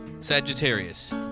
Sagittarius